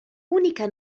unica